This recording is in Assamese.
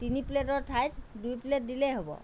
তিনি প্লেটৰ ঠাইত দুই প্লেট দিলেই হ'ব